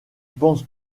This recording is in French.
penses